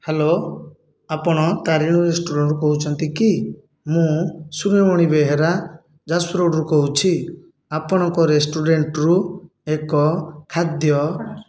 hello ଆପଣ ତାରିଣୀ ରେଷ୍ଟୁରାଣ୍ଟରୁ କହୁଛନ୍ତି କି ମୁଁ ସୂର୍ଯ୍ୟମଣି ବେହେରା ଯାଜପୁର ରୋଡ଼ରୁ କହୁଛି ଆପଣଙ୍କ ରେଷ୍ଟୁରାଣ୍ଟରୁ ଏକ ଖାଦ୍ୟ